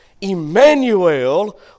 Emmanuel